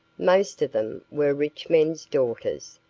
most of them were rich men's daughters,